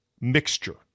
mixture